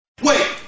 Wait